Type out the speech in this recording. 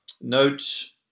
notes